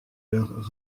leur